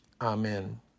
Amen